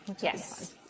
Yes